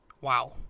Wow